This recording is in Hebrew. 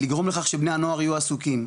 לגרום לכך שבני הנוער יהיו עסוקים,